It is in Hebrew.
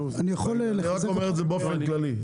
אני רק אומר את זה באופן כללי.